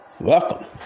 welcome